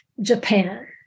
Japan